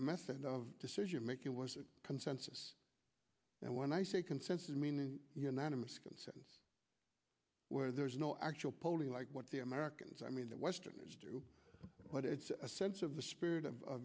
method of decision making was a consensus and when i say consensus meaning unanimous consent where there's no actual polling like what the americans i mean that westerners do but it's a sense of the spirit of